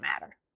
matter